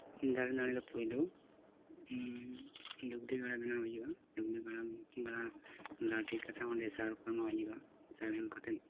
ᱫᱟᱨᱮ ᱱᱟᱹᱲᱤ ᱫᱚ ᱯᱳᱭᱞᱳ ᱰᱩᱜᱨᱤ ᱜᱟᱲᱟ ᱵᱮᱱᱟᱣ ᱦᱩᱭᱩᱜᱼᱟ ᱰᱩᱜᱨᱤ ᱜᱟᱲᱟ ᱞᱟ ᱴᱷᱤᱠ ᱠᱟᱛᱮᱫ ᱚᱸᱰᱮ ᱥᱟᱨ ᱠᱚ ᱮᱢᱟᱜ ᱦᱩᱭᱩᱜᱼᱟ ᱥᱟᱨ ᱮᱢ ᱠᱟᱛᱮᱜ